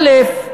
א.